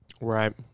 Right